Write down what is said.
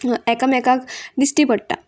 एकामेकाक दिश्टी पडटा